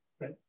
right